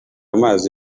amazi